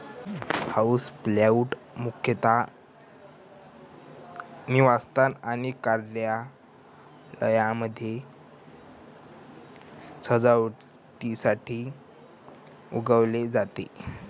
houseplant मुख्यतः निवासस्थान आणि कार्यालयांमध्ये सजावटीसाठी उगवले जाते